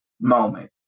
moment